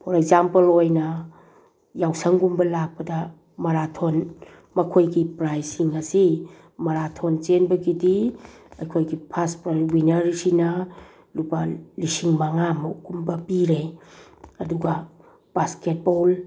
four example ꯑꯣꯏꯅ ꯌꯥꯎꯁꯪꯒꯨꯝꯕ ꯂꯥꯛꯄꯗ ꯃꯔꯥꯊꯣꯟ ꯃꯈꯣꯏꯒꯤ ꯄ꯭ꯔꯥꯏꯖꯁꯤꯡ ꯑꯁꯤ ꯃꯔꯥꯊꯣꯟ ꯆꯦꯟꯕꯒꯤꯗꯤ ꯑꯩꯈꯣꯏꯒꯤ ꯐꯥꯔꯁ ꯄꯣꯏꯟ ꯋꯤꯅꯔ ꯑꯁꯤꯅ ꯂꯨꯄꯥ ꯁꯤꯂꯤꯡ ꯃꯉꯥꯃꯨꯛꯀꯨꯝꯕ ꯄꯤꯔꯦ ꯑꯗꯨꯒ ꯕꯥꯁꯀꯦꯠꯕꯣꯜ